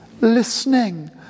Listening